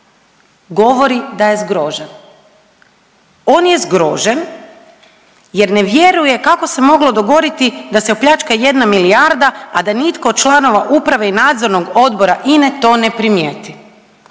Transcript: govori da je zgrožen. On je zgrožen jer ne vjeruje kako se moglo dogoditi da se opljačka jedna milijarda, a da nitko od članova uprave i nadzornog odbora INA-e to ne primijeti,